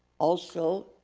also,